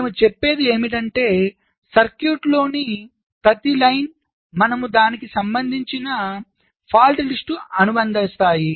మేము చెప్పేది ఏమిటంటే సర్క్యూట్లోని ప్రతి పంక్తికి మనము దానికి సంబంధించిన తప్పు జాబితాను అనుబంధిస్తాము